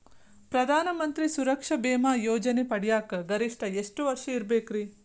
ಪ್ರಧಾನ ಮಂತ್ರಿ ಸುರಕ್ಷಾ ಭೇಮಾ ಯೋಜನೆ ಪಡಿಯಾಕ್ ಗರಿಷ್ಠ ಎಷ್ಟ ವರ್ಷ ಇರ್ಬೇಕ್ರಿ?